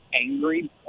angry